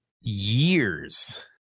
years